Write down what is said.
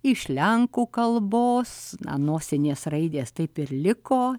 iš lenkų kalbos nosinės raidės taip ir liko